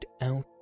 out